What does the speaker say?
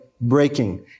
breaking